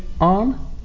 on